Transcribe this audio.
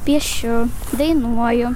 piešiu dainuoju